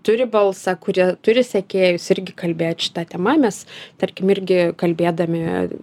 turi balsą kurie turi sekėjus irgi kalbėt šita tema mes tarkim irgi kalbėdami